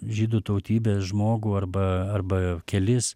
žydų tautybės žmogų arba arba kelis